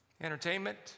Entertainment